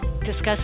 discuss